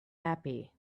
happy